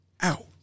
out